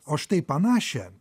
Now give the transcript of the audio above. o štai panašią